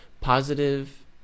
positive